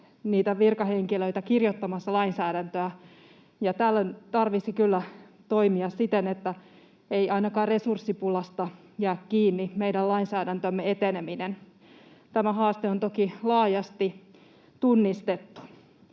virkahenkilöitä kirjoittamassa lainsäädäntöä, ja tällöin tarvitsisi kyllä toimia siten, että ei ainakaan resurssipulasta jää kiinni meidän lainsäädäntömme eteneminen. Tämä haaste on toki laajasti tunnistettu.